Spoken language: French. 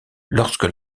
lorsque